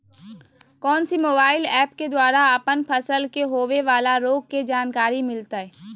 कौन सी mobile app के द्वारा अपन फसल के होबे बाला रोग के जानकारी मिलताय?